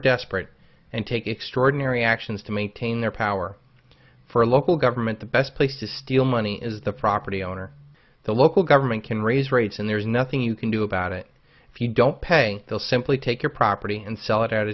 desperate and take extraordinary actions to maintain their power for local government the best place to steal money is the property owner the local government can raise rates and there's nothing you can do about it if you don't pay they'll simply take your property and sell it